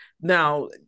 Now